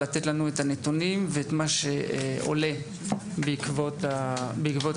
לתת לנו את הנתונים ואת מה שעולה בעקבות הדברים.